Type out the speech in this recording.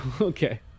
okay